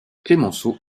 clemenceau